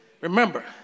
Remember